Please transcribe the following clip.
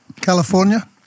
California